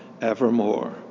evermore